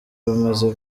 bamaze